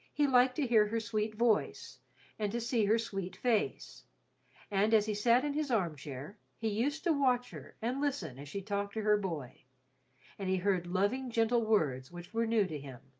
he liked to hear her sweet voice and to see her sweet face and as he sat in his arm-chair, he used to watch her and listen as she talked to her boy and he heard loving, gentle words which were new to him,